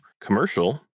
commercial